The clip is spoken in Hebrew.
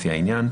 לפי העניין,